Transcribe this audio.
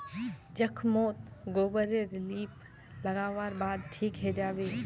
जख्म मोत गोबर रे लीप लागा वार बाद ठिक हिजाबे